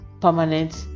permanent